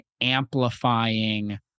amplifying